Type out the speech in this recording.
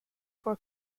for